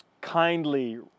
kindly